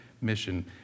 mission